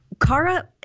Kara